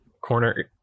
corner